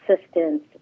assistance